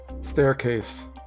Staircase